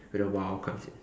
when the !wow! comes in